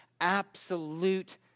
absolute